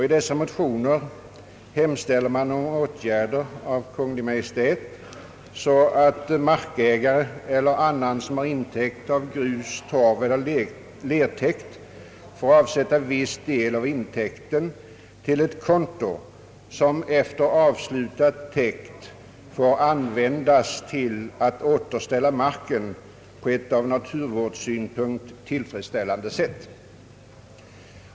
I dessa motioner hemställer man om åtgärder av Kungl. Maj:t så att markägare eller annan som har intäkt av grus-, torveller lertäkt får avsätta viss del av intäkten till ett konto, som efter avslutad täkt får användas till att återställa marken på ett ur naturvårdssynpunkt tillfredsställande sätt.